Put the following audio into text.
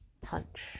punch